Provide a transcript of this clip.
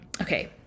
okay